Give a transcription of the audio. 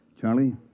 Charlie